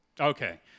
Okay